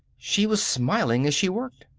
she was smiling as she worked.